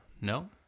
no